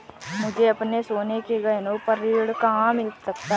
मुझे अपने सोने के गहनों पर ऋण कहाँ मिल सकता है?